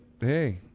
hey